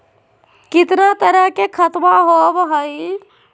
कितना तरह के खातवा होव हई?